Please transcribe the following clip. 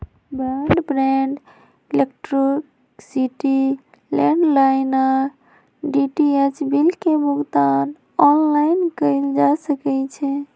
broadband, electricity, landline आऽ DTH bill के भुगतान ऑनलाइन कएल जा सकइ छै